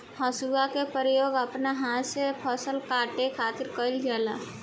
हसुआ के प्रयोग अपना हाथ से फसल के काटे खातिर कईल जाला